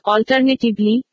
Alternatively